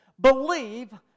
believe